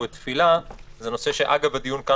נכון.